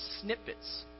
snippets